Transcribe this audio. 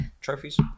Trophies